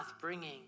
bringing